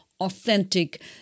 authentic